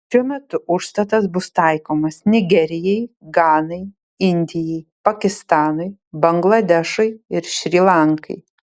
šiuo metu užstatas bus taikomas nigerijai ganai indijai pakistanui bangladešui ir šri lankai